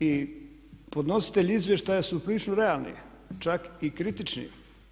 I podnositelji izvještaja su prilično realni, čak i kritični.